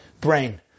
brain